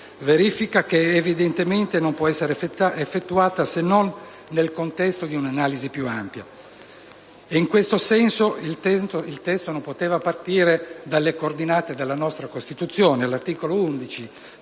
verifica che, evidentemente, non può essere effettuata se non nel contesto di un'analisi più ampia. In questo senso, il testo non poteva che partire dalle coordinate della nostra Costituzione, il già